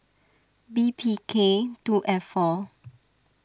B P K two F four